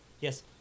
Yes